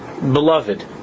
Beloved